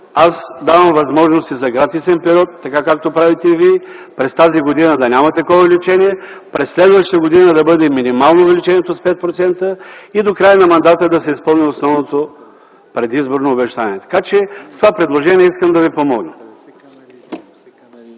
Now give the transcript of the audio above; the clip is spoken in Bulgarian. Аз давам възможност и за гратисен период, както правите и вие, през тази година да няма такова увеличение, през следващата увеличението да бъде минимално – с 5%, и до края на мандата да се изпълни основното предизборно обещание. Така, че с това предложение искам да Ви помогна.